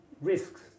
risks